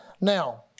Now